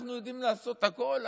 אנחנו יודעים לעשות הכול?